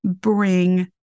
bring